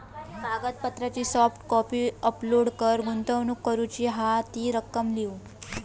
कागदपत्रांची soft copy upload कर, गुंतवणूक करूची हा ती रक्कम लिव्ह